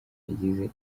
yagize